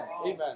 Amen